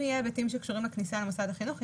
אם יהיו היבטים שקשורים לכניסה למוסד החינוך,